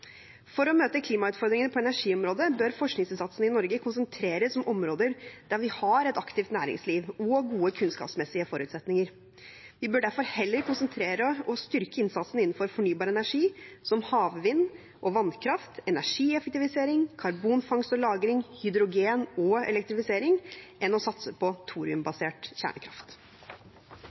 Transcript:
For å møte klimautfordringene på energiområdet bør forskningsinnsatsen i Norge konsentreres om områder der vi har et aktivt næringsliv og gode kunnskapsmessige forutsetninger. Vi bør derfor heller konsentrere og styrke innsatsen innenfor fornybar energi som havvind og vannkraft, energieffektivisering, karbonfangst og -lagring, hydrogen og elektrifisering, enn å satse på thoriumbasert kjernekraft.